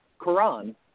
Quran